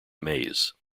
maize